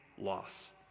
loss